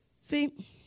See